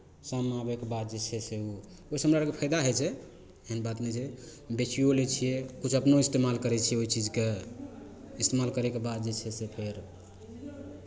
शाममे आबयके बाद जे छै से ओ ओहिसँ हमरा आरकेँ फाइदा होइ छै एहन बात नहि छै बेचिओ लै छियै किछु अपनो इस्तेमाल करै छियै ओहि चीजके इस्तेमाल करयके बाद जे छै से फेर